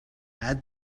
add